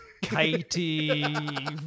Katie